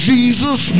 Jesus